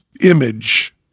image